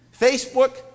Facebook